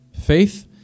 faith